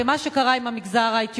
ומה שקרה עם המגזר האתיופי,